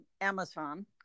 Amazon